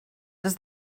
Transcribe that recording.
does